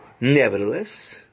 Nevertheless